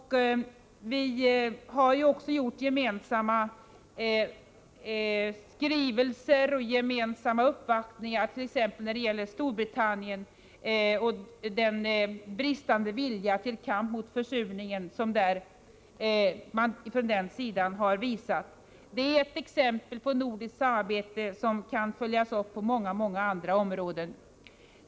Vi har gemensamt avgett skrivelser och gjort uppvaktningar i miljöfrågor, t.ex. när det gäller Storbritanniens bristande vilja till kamp mot försurningen. Det är ett exempel på nordiskt samarbete som kan följas upp på många andra områden.